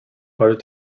harder